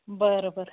बरं बरं